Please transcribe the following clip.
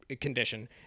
condition